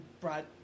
brought